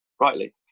rightly